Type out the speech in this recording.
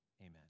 Amen